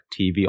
tv